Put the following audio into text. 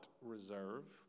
reserve